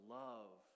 love